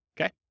Okay